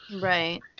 Right